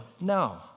No